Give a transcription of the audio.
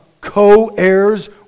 co-heirs